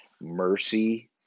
mercy